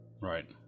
Right